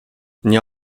nie